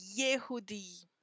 Yehudi